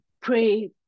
pray